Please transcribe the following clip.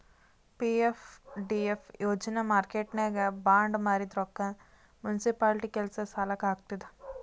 PFDF ಯೋಜನಾ ಮಾರ್ಕೆಟ್ನಾಗ್ bond ಮಾರಿದ್ ರೊಕ್ಕಾ ಮುನ್ಸಿಪಾಲಿಟಿ ಕೆಲ್ಸಾ ಸಲಾಕ್ ಹಾಕ್ತುದ್